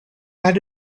had